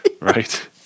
right